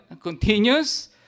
continues